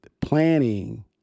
planning